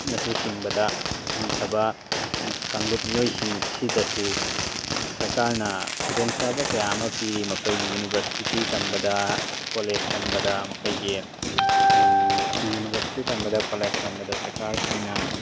ꯅꯁꯨ ꯆꯤꯡꯕꯗ ꯍꯟꯊꯕ ꯃꯤ ꯀꯥꯡꯂꯨꯞ ꯃꯤꯑꯣꯏꯁꯤꯡ ꯑꯁꯤꯗꯁꯨ ꯁꯔꯀꯥꯔꯅ ꯈꯨꯗꯣꯡꯆꯥꯕ ꯀꯌꯥ ꯑꯃ ꯄꯤꯔꯤ ꯃꯈꯣꯏꯒꯤ ꯌꯨꯅꯤꯚꯔꯁꯤꯇꯤ ꯇꯝꯕꯗ ꯀꯣꯂꯦꯖ ꯇꯝꯕꯗ ꯃꯈꯣꯏꯒꯤ ꯌꯨꯅꯤꯚꯔꯁꯤꯇꯤ ꯇꯝꯕꯗ ꯀꯣꯂꯦꯖ ꯇꯝꯕꯗ ꯁꯔꯀꯥꯔꯁꯤꯡꯅ